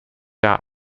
jahr